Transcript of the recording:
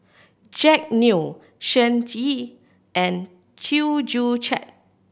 Jack Neo Shen Xi and Chew Joo Chiat